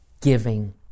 giving